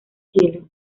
cielo